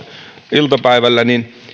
iltapäivällä